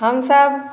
हम सब